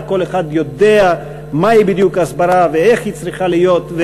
כל אחד יודע מהי בדיוק הסברה ואיך היא צריכה להיות.